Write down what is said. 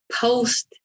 post